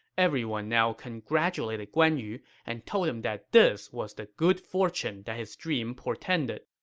everyone now congratulated guan yu and told him that this was the good fortune that his dream portended.